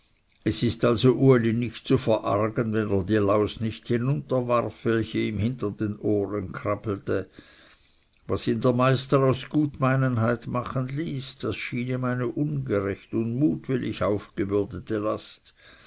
es ist also uli nicht zu verargen wenn er die laus nicht hinunterwarf welche ihm hinter den ohren krabbelte was ihn der meister aus gutmeinenheit machen ließ das schien ihm eine ungerecht und mutwillig aufgebürdete last